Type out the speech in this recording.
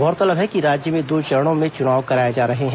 गौरतलब है कि राज्य में दो चरणों में चुनाव कराए जा रहे हैं